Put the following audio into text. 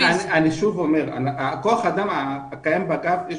כוח האדם הקיים באגף,